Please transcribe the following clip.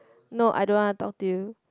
no I don't want to talk to you